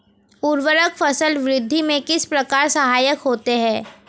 उर्वरक फसल वृद्धि में किस प्रकार सहायक होते हैं?